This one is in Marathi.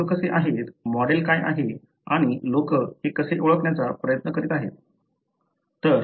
लोक कसे आहेत मॉडेल काय आहे आणि लोक हे कसे ओळखण्याचा प्रयत्न करीत आहेत